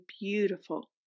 beautiful